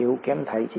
એવું કેમ થાય છે